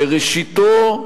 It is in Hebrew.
שראשיתו,